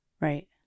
Right